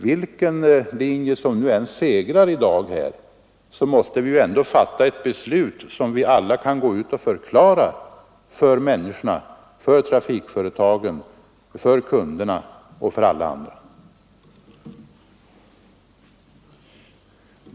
Vilken linje som än segrar i dag måste vi få ett beslut som vi alla kan förklara för människorna, trafikföretagen och kunderna.